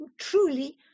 truly